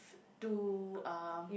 too uh